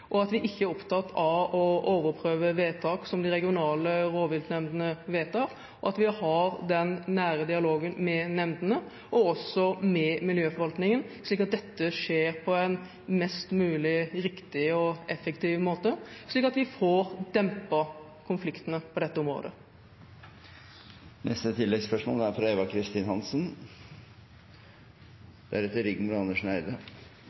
at vi ikke er opptatt av å overprøve vedtak som de regionale rovviltnemndene vedtar, og at vi har den nære dialogen med nemndene og også med miljøforvaltningen, slik at dette skjer på en mest mulig riktig og effektiv måte, så vi får dempet konfliktene på dette